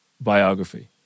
biography